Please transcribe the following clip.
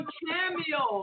cameo